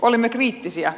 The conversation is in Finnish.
olimme kriittisiä